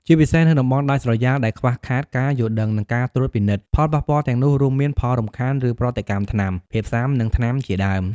ជាពិសេសនៅតំបន់ដាច់ស្រយាលដែលខ្វះខាតការយល់ដឹង និងការត្រួតពិនិត្យ ផលប៉ះពាល់ទាំងនោះរួមមាន ផលរំខាន ឬប្រតិកម្មថ្នាំ ភាពស៊ាំនឹងថ្នាំជាដើម។